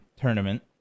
tournament